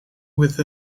with